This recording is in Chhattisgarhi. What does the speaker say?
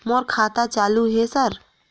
मोर खाता चालु हे सर?